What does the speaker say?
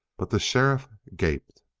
but the sheriff gaped.